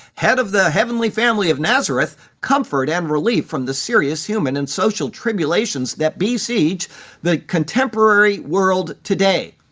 head of the heavenly family of nazareth, comfort and relief from the serious human and social tribulations that besiege the contemporary world today.